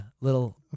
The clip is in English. Little